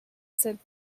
said